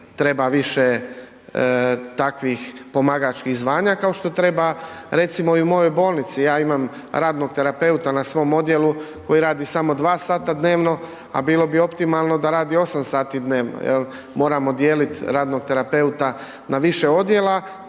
treba više takvih pomagačkih zvanja kao što treba recimo i u mojoj bolnici. Ja imam radnog terapeuta na svom odjelu koji radi samo dva sata dnevno, a bilo bi optimalno da radi osam sati dnevno. Moramo dijeliti radnog terapeuta na više odjela,